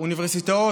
האוניברסיטאות,